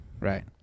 right